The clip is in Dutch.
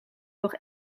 nog